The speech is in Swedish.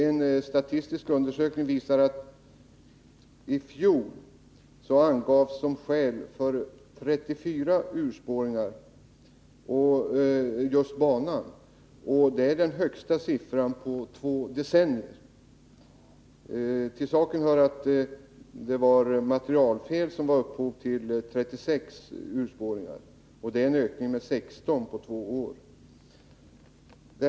En statistisk undersökning visar att i fjol angavs som orsak till 34 urspårningar just banan. Det är den högsta siffran på två decennier. Till saken hör att det var materielfel som var upphov till 36 urspåringar. Det är en ökning med 16 på två år.